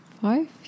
five